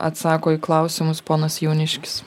atsako į klausimus ponas jauniškis